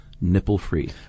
nipple-free